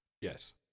Yes